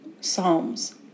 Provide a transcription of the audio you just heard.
Psalms